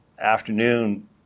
afternoon